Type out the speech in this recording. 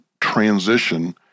transition